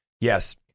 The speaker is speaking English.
yes